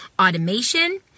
automation